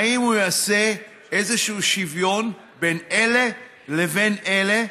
האם הוא יעשה איזשהו שוויון בין אלה לבין אלה?